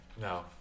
No